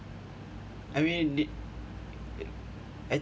I mean uh